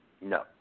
No